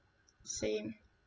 same